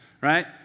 right